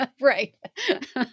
right